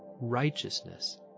righteousness